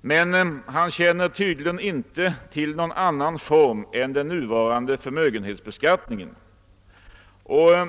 men han känner tydligen inte till någon annan form för förmögenhetsbeskattning än den nuvarande.